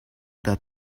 that